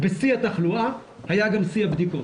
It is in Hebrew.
בשיא התחלואה היה גם שיא הבדיקות.